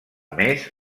més